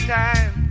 time